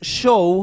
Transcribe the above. show